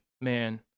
man